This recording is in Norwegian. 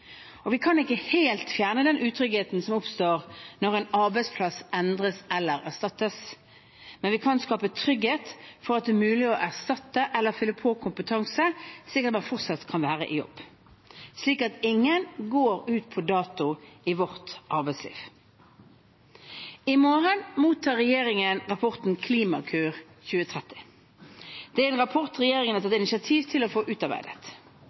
Vi kan ikke helt fjerne den utryggheten som oppstår når en arbeidsplass endres eller erstattes, men vi kan skape trygghet for at det er mulig å erstatte eller fylle på kompetanse, slik at man fortsatt kan være i jobb, og slik at ingen går ut på dato i vårt arbeidsliv. I morgen mottar regjeringen rapporten Klimakur 2030. Det er en rapport regjeringen har tatt initiativ til å få utarbeidet.